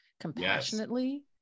compassionately